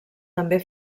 també